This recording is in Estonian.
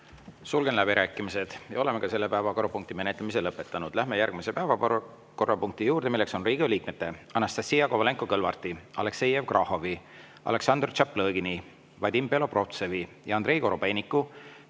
Sulgen läbirääkimised. Ja oleme ka selle päevakorrapunkti menetlemise lõpetanud. Läheme järgmise päevakorrapunkti juurde, milleks on Riigikogu liikmete Anastassia Kovalenko-Kõlvarti, Aleksei Jevgrafovi, Aleksandr Tšaplõgini, Vadim Belobrovtsevi ja Andrei Korobeiniku